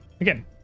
Again